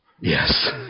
Yes